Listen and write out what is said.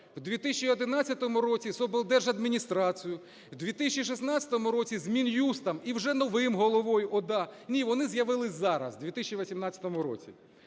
в 2011 році з облдержадміністрацією, в 2016 році з Мін'юстом і вже новим головою ОДА? Ні, вони з'явились зараз, в 2018 році.